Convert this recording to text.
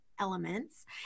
elements